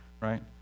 right